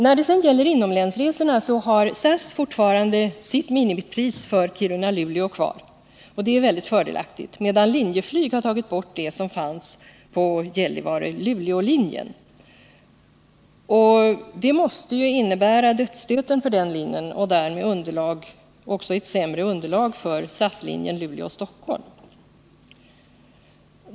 När det sedan gäller inomlänsresorna har SAS fortfarande sitt minimipris för Kiruna-Luleå kvar, och det är väldigt fördelaktigt, medan Linjeflyg har tagit bort det som fanns på linjen Gällivare-Luleå. Det måste ju innebära dödsstöten för den linjen och därmed också ett sämre underlag för SAS-linjen Luleå-Stockholm.